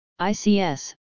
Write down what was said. ICS